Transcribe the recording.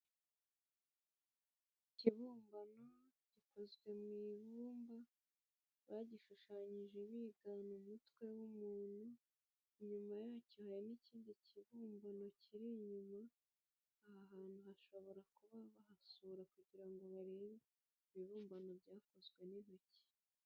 Ikibumbano gikozwe mu ibumba, bagishushanyije bigana umutwe wumuntu, inyuma yacyo hari n'ikindi kibumbano kiri inyuma, aha hantu hashobora kuba bahasura kugira ngo barebe ibibumbano byakozwe n'intoki.